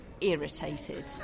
irritated